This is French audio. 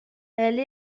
elle